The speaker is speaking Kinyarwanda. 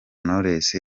knowless